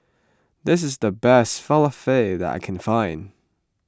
this is the best Falafel that I can find